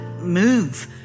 move